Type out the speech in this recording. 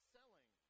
selling